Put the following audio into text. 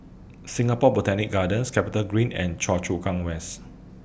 Singapore Botanic Gardens Capitagreen and Choa Chu Kang West